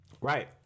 right